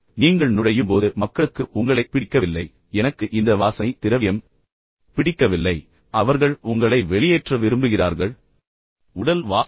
எனவே நீங்கள் நுழையும்போது மக்களுக்கு உங்களைப் பிடிக்கவில்லை அவர்கள் ஓ எனக்கு இந்த வாசனை திரவியம் பிடிக்கவில்லை அவர்கள் உங்களை வெளியேற்ற விரும்புகிறார்கள் என்று உளவியல் ரீதியாக நினைக்க விரும்புகிறார்கள்